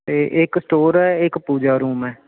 ਤੇ ਇੱਕ ਸਟੋਰ ਹੈ ਇੱਕ ਪੂਜਾ ਰੂਮ ਹੈ